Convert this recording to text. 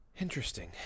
Interesting